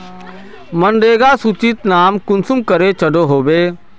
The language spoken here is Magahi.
मनरेगा सूचित नाम कुंसम करे चढ़ो होबे?